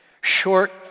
short